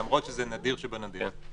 למרות שזה נדיר שבנדיר.